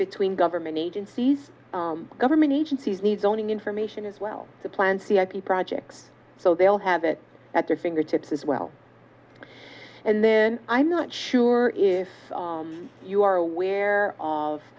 between government agencies government agencies need zoning information as well the plans the ip projects so they all have it at their fingertips as well and then i'm not sure if you are aware of